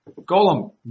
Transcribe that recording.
Golem